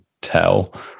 tell